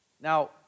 now